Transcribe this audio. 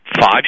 five